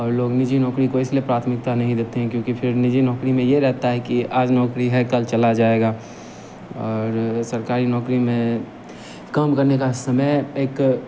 और लोग निजी नौकरी को इसलिए प्राथमिकता नहीं देते हैं क्योंकि फिर निजी नौकरी में यह रहता है कि आज नौकरी है कल चली जाएगी और सरकारी नौकरी में काम करने का समय एक